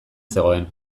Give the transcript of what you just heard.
zegoen